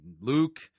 Luke